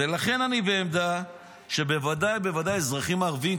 ולכן אני בעמדה שבוודאי ובוודאי האזרחים הערבים,